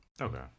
Okay